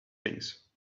things